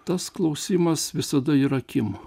tas klausimas visada ir akim